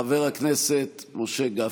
חבר הכנסת משה גפני,